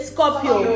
Scorpio